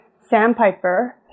Sandpiper